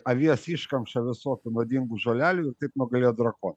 avies iškamšą visokių nuodingų žolelių ir taip nugalėjo drakoną